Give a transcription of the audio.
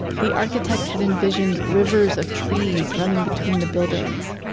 the architect had envisioned rivers of trees running between the buildings.